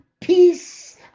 peace